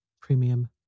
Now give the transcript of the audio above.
Premium